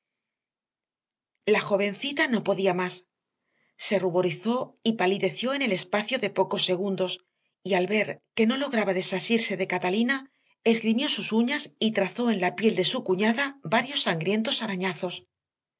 la jovencita no podía más se ruborizó y palideció en el espacio de pocos segundos y al ver que no lograba desasirse de catalina esgrimió sus uñas y trazó en la piel de su cuñada varios sangrientos arañazos